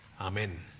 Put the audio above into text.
Amen